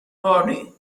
body